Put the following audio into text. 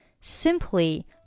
Simply